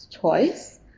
choice